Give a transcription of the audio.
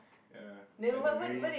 ya like they are very